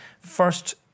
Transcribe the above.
first